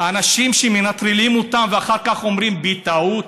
האנשים שמנטרלים אותם, ואחר כך אומרים: בטעות?